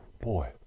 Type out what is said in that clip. boy